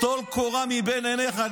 טול קורה מבין עיניך.